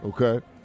okay